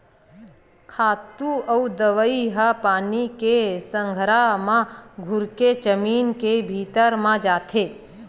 खातू अउ दवई ह पानी के संघरा म घुरके जमीन के भीतरी म जाथे